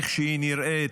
איך שהיא נראית.